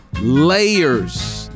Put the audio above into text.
Layers